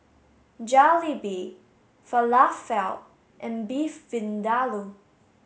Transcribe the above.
Jalebi Falafel and Beef Vindaloo